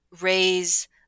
raise